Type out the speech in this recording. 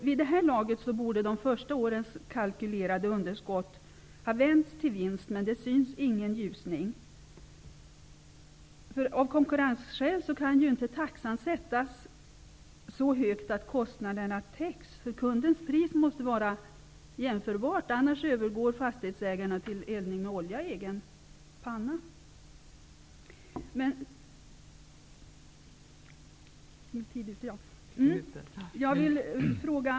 Vid det här laget borde de första årens underskott ha vänts till vinst, men någon ljusning syns inte. Av konkurrensskäl kan inte taxan sättas så högt att kostnaderna täcks. Kundens pris måste vara jämförbart, annars övergår fastighetsägarna till eldning med olja i egen panna.